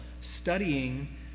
studying